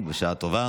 יש נוכח